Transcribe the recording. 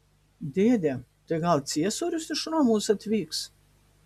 dėde tai gal ciesorius iš romos atvyks